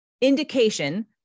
indication